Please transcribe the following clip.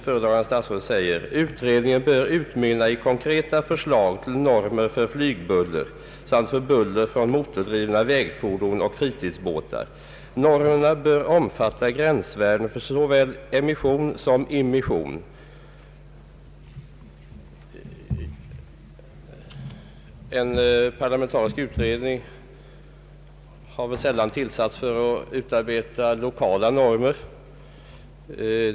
Föredragande statsrådet säger: ”Utredningen bör utmynna i konkreta förslag till normer för flygbuller samt för buller från motordrivna väg fordon och fritidsbåtar. Normerna bör omfatta gränsvärden för såväl emission som immission.” En parlamentarisk utredning har väl sällan tillsatts för att utarbeta lokala normer.